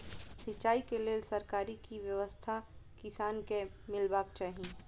सिंचाई केँ लेल सरकारी की व्यवस्था किसान केँ मीलबाक चाहि?